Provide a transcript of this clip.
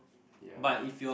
ya